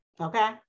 okay